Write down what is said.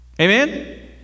Amen